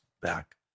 back